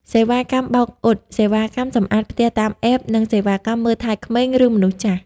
សេវាកម្មបោកអ៊ុត សេវាកម្មសម្អាតផ្ទះតាម App, និងសេវាកម្មមើលថែក្មេង ឬមនុស្សចាស់។